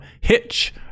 Hitch